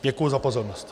Děkuji za pozornost.